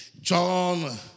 John